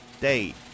date